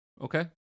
Okay